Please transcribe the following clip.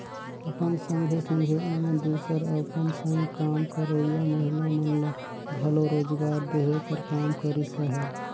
अपन संघे संघे ओमन दूसर अपन संग काम करोइया महिला मन ल घलो रोजगार देहे कर काम करिस अहे